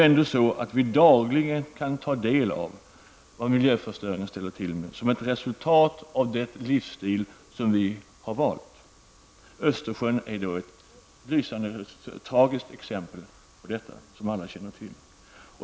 Vi kan dagligen ta del av vad miljöförstöringen ställer till med som ett resultat av den livsstil som vi har valt. Som alla känner till är Östersjön ett tragiskt exempel på detta.